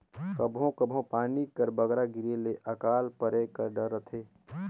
कभों कभों पानी कर बगरा गिरे ले अकाल परे कर डर रहथे